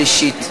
שנייה ושלישית.